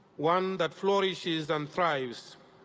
one that flourishes and thrives,